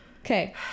Okay